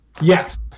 Yes